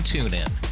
TuneIn